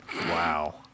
Wow